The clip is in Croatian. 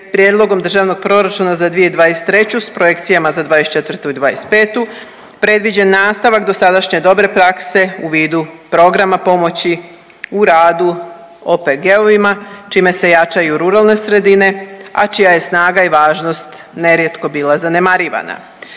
prijedlogom Državnog proračuna za 2023. s projekcijama za '24. i '25. predviđen nastavak dosadašnje dobre prakse u vidu programa pomoći u radu OPG-ovima čime se jačaju ruralne sredine, a čija je snaga i važnost nerijetko bila zanemarivana.